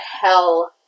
hell